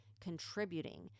contributing